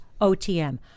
OTM